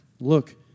Look